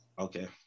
okay